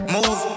Move